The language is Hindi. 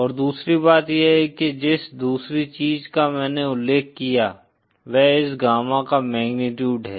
और दूसरी बात यह है कि जिस दूसरी चीज का मैंने उल्लेख किया वह इस गामा का मैग्नीट्यूड है